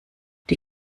die